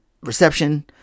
reception